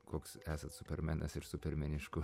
koks esat supermenas ir supermeniškų